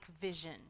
vision